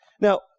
Now